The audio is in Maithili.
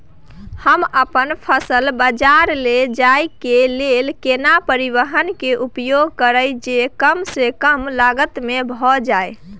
हम अपन फसल बाजार लैय जाय के लेल केना परिवहन के उपयोग करिये जे कम स कम लागत में भ जाय?